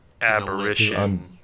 aberration